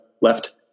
Left